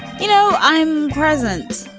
you know, i'm present